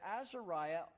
Azariah